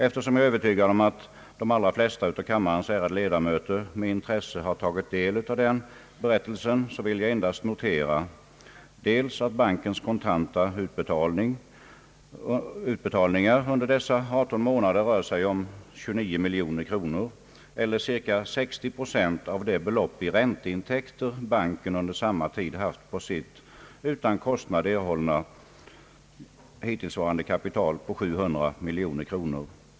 Eftersom jag är övertygad om att de allra flesta av kammarens ärade ledamöter med intresse tagit del av den berättelsen, vill jag endast notera att bankens kontanta utbetalningar under dessa 18 månader rör sig om 29 miljoner kronor eller cirka 60 procent av det belopp i ränteintäkter banken under samma tid haft på sitt utan kostnad erhållna hittillsvarande kapital på 700 miljoner kronor.